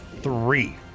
Three